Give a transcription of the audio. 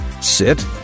Sit